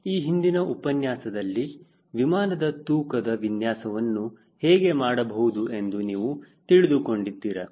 ಈ ಹಿಂದಿನ ಉಪನ್ಯಾಸದಲ್ಲಿ ವಿಮಾನದ ತೂಕದ ವಿನ್ಯಾಸವನ್ನು ಹೇಗೆ ಮಾಡಬಹುದು ಎಂದು ನೀವು ತಿಳಿದುಕೊಂಡಿದ್ದೀರಾ